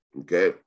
okay